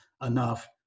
enough